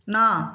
না